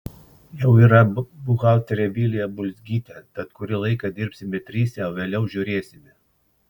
jau yra buhalterė vilija bulzgytė tad kurį laiką dirbsime trise vėliau žiūrėsime